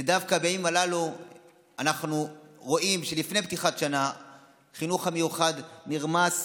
ודווקא בימים הללו אנחנו רואים שלפני פתיחת השנה החינוך המיוחד נרמס